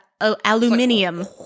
Aluminium